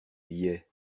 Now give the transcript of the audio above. billets